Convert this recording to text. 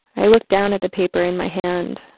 i looked down at the paper in my hand,